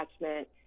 attachment